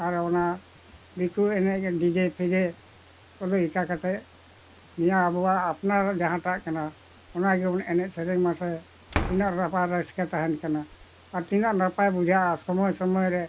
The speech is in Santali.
ᱟᱨ ᱚᱱᱟ ᱫᱤᱠᱩ ᱮᱱᱮᱡ ᱰᱤᱡᱮ ᱯᱷᱤᱡᱮ ᱠᱚᱫᱚ ᱤᱠᱟᱹ ᱠᱟᱛᱮ ᱱᱤᱭᱟᱹ ᱟᱵᱚᱣᱟᱜ ᱟᱯᱱᱟᱨ ᱡᱟᱦᱟᱸᱴᱟᱜ ᱠᱟᱱᱟ ᱚᱱᱟ ᱜᱮᱵᱚᱱ ᱮᱱᱮᱡ ᱥᱮᱨᱮᱧ ᱢᱟᱥᱮ ᱛᱤᱱᱟᱹᱜ ᱱᱟᱯᱟᱭ ᱨᱟᱹᱥᱠᱟᱹ ᱛᱟᱦᱮᱱ ᱠᱟᱱᱟ ᱟᱨ ᱛᱤᱱᱟᱹᱜ ᱱᱟᱯᱟᱭ ᱵᱩᱡᱷᱟᱹᱜᱼᱟ ᱥᱚᱢᱚᱭ ᱥᱚᱢᱚᱭ ᱨᱮ